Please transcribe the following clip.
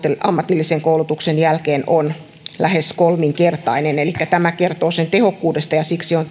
ammatillisen koulutuksen jälkeen on lähes kolminkertainen tämä kertoo sen tehokkuudesta ja siksi on